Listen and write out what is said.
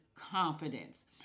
confidence